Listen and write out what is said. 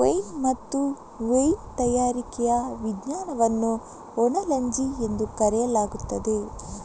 wine ಮತ್ತು wine ತಯಾರಿಕೆಯ ವಿಜ್ಞಾನವನ್ನು ಓನಾಲಜಿ ಎಂದು ಕರೆಯಲಾಗುತ್ತದೆ